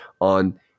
On